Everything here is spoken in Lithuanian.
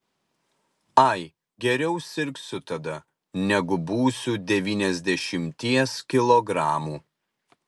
ai geriau sirgsiu tada negu busiu devyniasdešimties kilogramų